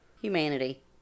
Humanity